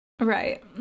right